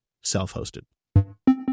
self-hosted